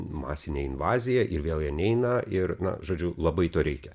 masinė invazija ir vėl jie neina ir na žodžiu labai to reikia